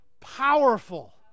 powerful